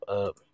up